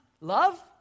love